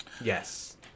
Yes